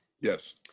Yes